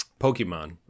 Pokemon